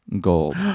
Gold